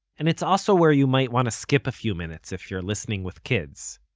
and it's also where you might want to skip a few minutes if you're listening with kids